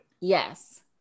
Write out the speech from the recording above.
Yes